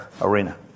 arena